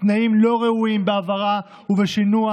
ותנאים לא ראויים בהעברה ובשינוע,